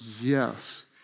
yes